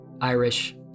Irish